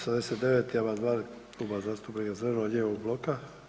89. amandman Kluba zastupnika zeleno-lijevog bloka.